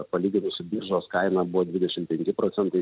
palyginus su biržos kaina buvo dvidešimt penki procentai